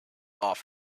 off